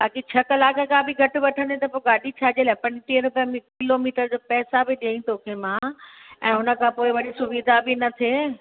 अॼु छह कलाक खां बि घटि वठंदे त पोइ गाॾी छा जे लाइ पंजटीहें रुपए में किलोमीटर जो पैसा बि ॾियईं तोखे मां ऐं हुन खां पोइ सुविधा बि न थिए